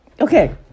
Okay